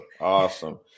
awesome